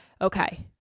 okay